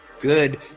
good